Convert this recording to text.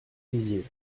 dizier